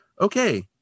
okay